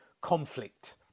conflict